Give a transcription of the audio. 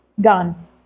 gone